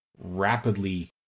rapidly